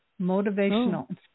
Motivational